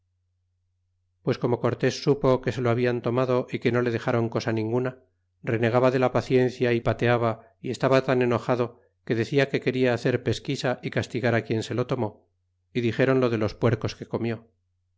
pues como cortés supo que se lo habian tomado y que no le dexron cosa ninguna renegaba de la paciencia y pateaba y estaba tan enojado que decia que queda hacer pesquisa y castigar quien se lo tomó é diséron lo de los puercos que comió